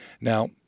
Now